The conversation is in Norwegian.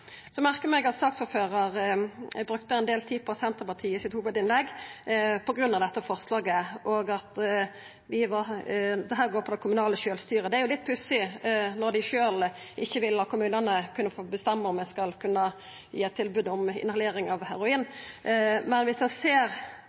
at saksordføraren i hovudinnlegget sitt brukte ein del tid på Senterpartiet på grunn av dette forslaget, og at dette går på det kommunale sjølvstyret. Det er litt pussig når dei sjølve ikkje vil la kommunane få bestemma om ein skal kunna gi eit tilbod om inhalering av heroin. Viss ein ser